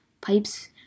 Pipes